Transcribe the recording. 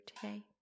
today